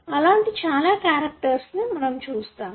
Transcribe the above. అలాంటి చాలా క్యారెక్టర్స్ మనము చూస్తాము